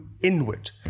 inward